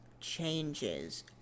changes